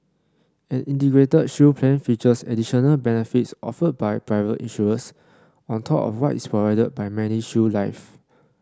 an Integrated Shield Plan features additional benefits offered by private insurers on top of what is provided by MediShield Life